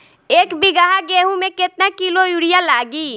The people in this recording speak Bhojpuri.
एक बीगहा गेहूं में केतना किलो युरिया लागी?